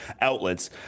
outlets